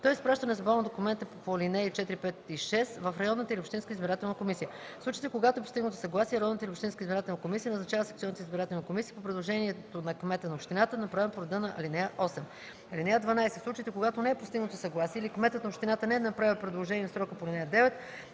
той изпраща незабавно документите по ал. 4, 5 и 6 в районната или общинската избирателна комисия. (11) В случаите когато е постигнато съгласие, районната или общинската избирателна комисия назначава секционните избирателни комисии по предложението на кмета на общината, направено по реда на ал. 8. (12) В случаите когато не е постигнато съгласие или кметът на общината не е направил предложение в срока по ал. 9,